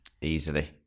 easily